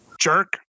jerk